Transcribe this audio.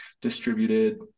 distributed